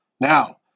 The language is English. Now